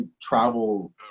travel